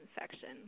infection